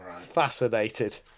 Fascinated